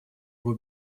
его